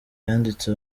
yanditse